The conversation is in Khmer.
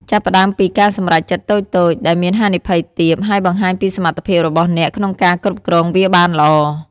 ចាប់ផ្ដើមពី ការសម្រេចចិត្តតូចៗ ដែលមានហានិភ័យទាប ហើយបង្ហាញពីសមត្ថភាពរបស់អ្នកក្នុងការគ្រប់គ្រងវាបានល្អ។